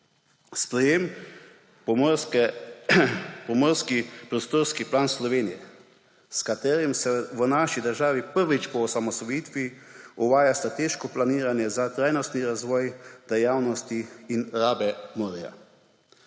Sprejet je Pomorski prostorski plan Slovenije, s katerim se v naši državi prvič po osamosvojitvi izvaja strateško planirani in trajnostni razvoj dejavnosti in rabe na morju.